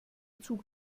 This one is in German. zug